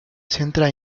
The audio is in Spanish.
centra